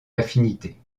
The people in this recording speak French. affinités